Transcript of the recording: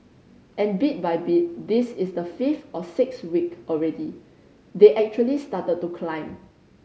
and bit by bit this is the fifth or sixth week already they actually started to climb